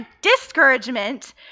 discouragement